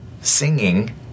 singing